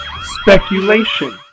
Speculation